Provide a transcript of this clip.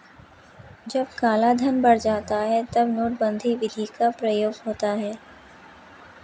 जब कालाधन बढ़ जाता है तब नोटबंदी विधि का प्रयोग होता है